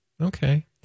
Okay